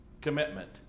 commitment